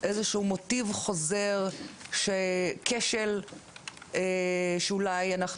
איזה שהוא מוטיב חוזר של כשל שאולי אנחנו